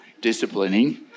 disciplining